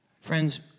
Friends